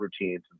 routines